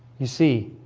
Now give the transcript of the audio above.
you see